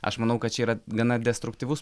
aš manau kad čia yra gana destruktyvus